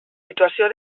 situació